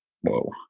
Whoa